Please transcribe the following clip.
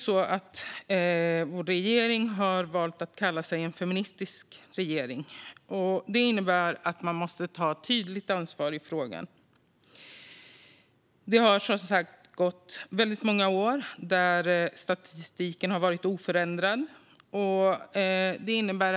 Nu har vår regering valt att kalla sig en feministisk regering. Det innebär att man måste ta ett tydligt ansvar i frågan. Statistiken har som sagt varit oförändrad under många år.